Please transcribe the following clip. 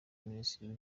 minisitiri